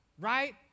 right